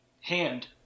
hand